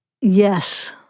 Yes